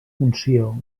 funció